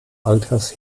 alters